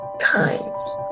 times